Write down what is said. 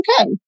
okay